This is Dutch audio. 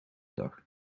dag